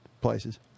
places